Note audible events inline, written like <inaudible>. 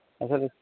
আশা <unintelligible>